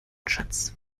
schatz